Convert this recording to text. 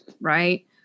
right